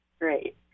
Great